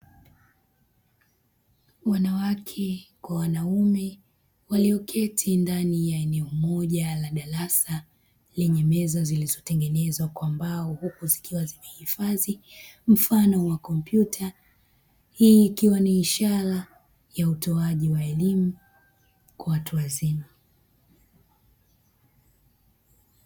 Wanawake kwa wanaume walioketi ndani ya eneo moja la darasa, lenye meza zilizotengenezwa kwa mbao huku zikiwa zimehifadhi mfano wa komyuta. Hii ikiwa ni ishara ya utoaji wa elimu kwa watu wazima.